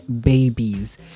babies